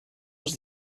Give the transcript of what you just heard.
als